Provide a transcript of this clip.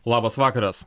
labas vakaras